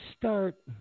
start